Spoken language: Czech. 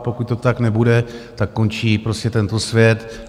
A pokud to tak nebude, tak končí prostě tento svět.